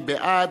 מי בעד?